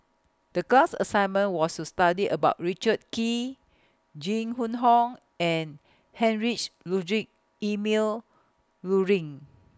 The class assignment was to study about Richard Kee Jing Hun Hong and Heinrich Ludwig Emil Luering